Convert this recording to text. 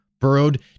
burrowed